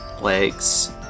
legs